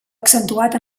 accentuat